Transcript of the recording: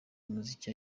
muzika